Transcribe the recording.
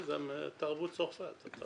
גם תרבות צרפת.